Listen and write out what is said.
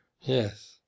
Yes